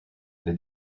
les